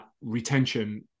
retention